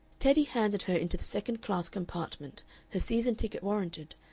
teddy handed her into the second-class compartment her season-ticket warranted,